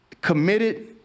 Committed